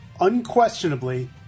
unquestionably